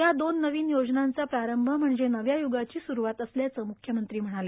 या दोन नवीन योजनांचा प्रारंभ म्हणजे नव्या यगाची सुरुवात असल्याचं मुख्यमंत्री म्हणाले